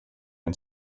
and